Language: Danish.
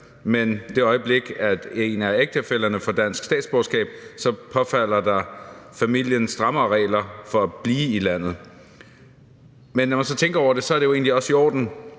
i det øjeblik, en af ægtefællerne får dansk statsborgerskab, så gælder strammere regler for familien for at blive i landet. Men når man så tænker over det, er det jo egentlig også i orden,